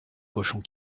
cochons